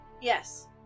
yes